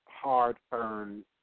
Hard-earned